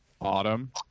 Autumn